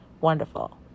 wonderful